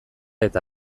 eta